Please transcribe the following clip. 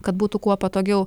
kad būtų kuo patogiau